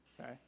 okay